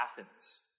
Athens